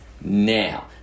now